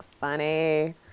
funny